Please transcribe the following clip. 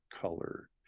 color